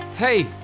Hey